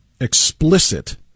explicit